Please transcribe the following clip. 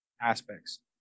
aspects